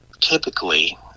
Typically